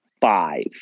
five